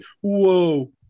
whoa